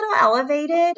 elevated